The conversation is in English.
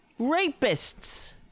Rapists